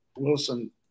Wilson